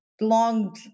long